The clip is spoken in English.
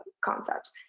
concept